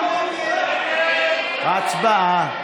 אתה אומר לי "לך החוצה"?